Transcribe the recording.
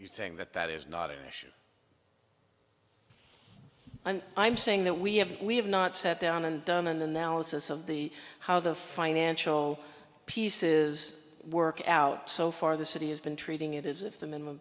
parties saying that that is not an issue i'm saying that we have we have not sat down and done an analysis of the how the financial piece is work out so far the city has been treating it as if the minimum